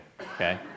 okay